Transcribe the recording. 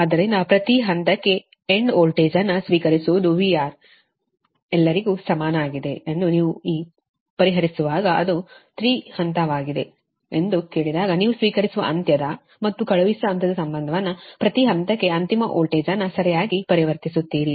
ಆದ್ದರಿಂದ ಪ್ರತಿ ಹಂತಕ್ಕೆ ಎಂಡ್ ವೋಲ್ಟೇಜ್ ಅನ್ನು ಸ್ವೀಕರಿಸುವುದು VR ಎಲ್ಲರಿಗೂ ಸಮಾನವಾಗಿದೆ ಎಂದು ನೀವು ಪರಿಹರಿಸುವಾಗ ಅದು 3 ಹಂತವಾಗಿದೆಯೆ ಎಂದು ಕೇಳಿದಾಗ ನೀವು ಸ್ವೀಕರಿಸುವ ಅಂತ್ಯದ ಮತ್ತು ಕಳುಹಿಸುವ ಅಂತ್ಯದ ಸಂಬಂಧವನ್ನು ಪ್ರತಿ ಹಂತಕ್ಕೆ ಅಂತಿಮ ವೋಲ್ಟೇಜ್ ಅನ್ನು ಸರಿಯಾಗಿ ಪರಿವರ್ತಿಸುತ್ತೀರಿ